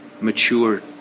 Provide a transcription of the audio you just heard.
mature